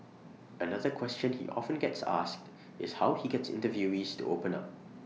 another question he often gets asked is how he gets interviewees to open up